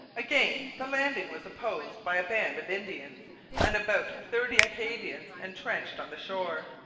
again the landing was opposed by a band of indians and about thirty acadians entrenched on the shore.